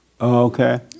Okay